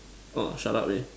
!wah! shut up eh